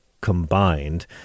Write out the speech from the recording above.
combined